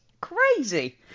crazy